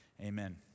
Amen